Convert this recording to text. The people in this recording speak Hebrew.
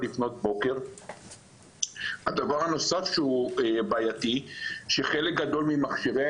04:00. הדבר הבעייתי הנוסף שחלק גדול ממכשירי